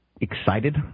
excited